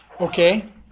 Okay